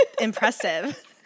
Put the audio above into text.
impressive